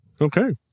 Okay